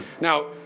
Now